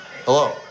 Hello